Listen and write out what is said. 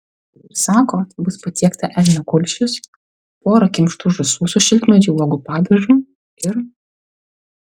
sako bus patiekta elnio kulšis pora kimštų žąsų su šilkmedžio uogų padažu ir